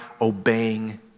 obeying